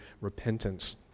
repentance